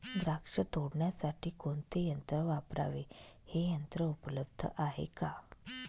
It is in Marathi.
द्राक्ष तोडण्यासाठी कोणते यंत्र वापरावे? हे यंत्र उपलब्ध आहे का?